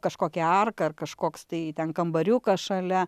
kažkokia arka ar kažkoks tai ten kambariukas šalia